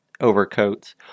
overcoats